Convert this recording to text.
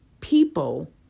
people